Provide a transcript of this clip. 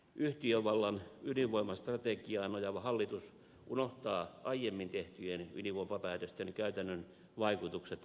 yhtiövallan ydinvoimastrategiaan nojaava hallitus unohtaa aiemmin tehtyjen ydinvoimapäätösten käytännön vaikutukset lähimenneisyydessä